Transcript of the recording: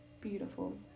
beautiful